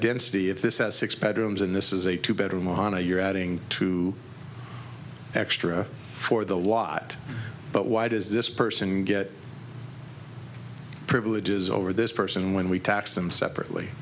density if this has six pad rooms and this is a two bedroom ohana you're adding two extra for the lot but why does this person get privileges over this person when we tax them separately